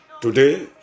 today